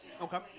Okay